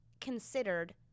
considered